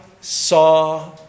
saw